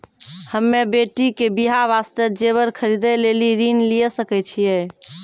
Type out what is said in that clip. हम्मे बेटी के बियाह वास्ते जेबर खरीदे लेली ऋण लिये सकय छियै?